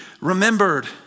remembered